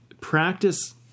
practice